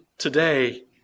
Today